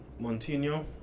Montino